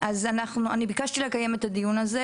אני ביקשתי לקיים את הדיון הזה,